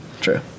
true